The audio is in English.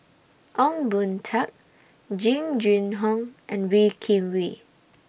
Ong Boon Tat Jing Jun Hong and Wee Kim Wee